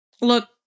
look